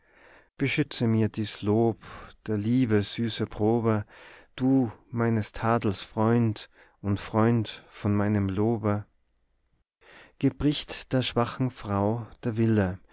beschütze mir dies lob der liebe süße probe du meines tadels freund und freund von meinem lobe gebricht der schwachen frau der wille